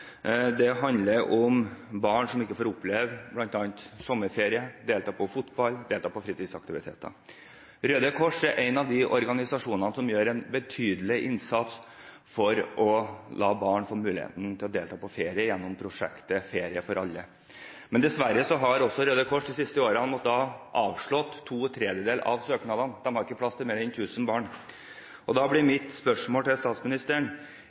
det handler om barn som ikke får oppleve bl.a. sommerferie, og som ikke får delta i fotball eller i fritidsaktiviteter. Røde Kors er en av de organisasjonene som gjør en betydelig innsats for å la barn få mulighet til å delta på ferie, gjennom prosjektet Ferie for alle. Dessverre har Røde Kors de siste årene måttet avslå to tredjedeler av søknadene. De har ikke plass til mer enn 1 000 barn. Da blir mitt spørsmål til statsministeren,